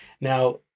Now